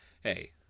Hey